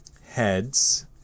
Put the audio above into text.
heads